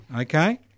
okay